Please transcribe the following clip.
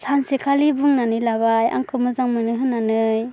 सानसेखालि बुंनानै लाबाय आंखौ मोजां मोनो होननानै